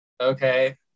Okay